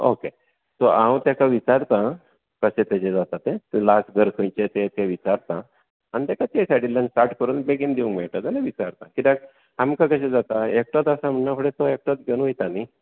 okay so हांव ताका विचारता कशें ताजें जाता तें लास्ट घर खंयचें तें तें विचारता आनी ताका ते सायडींतल्यान स्टार्ट करून बेगीन येवंक मेळयटा जाल्यार विचारता कित्याक आमकां कशें जाता एकटोच आसा म्हणिना फुडें तो एकटोच घेवन वयता न्ही